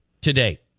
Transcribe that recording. today